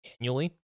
annually